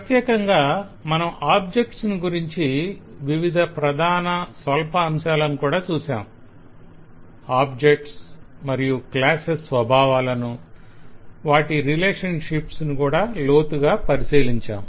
ప్రత్యేకంగా మనం ఆబ్జెక్ట్స్ ను గురించిన వివిధ ప్రధాన స్వల్ప అంశాలను కూడా చూశాము ఆబ్జెక్ట్స్ మరియు క్లాసెస్ స్వభావాలను వాటి రిలేషన్షిప్స్ ను కూడా లోతుగా పరిశీలించాం